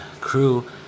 crew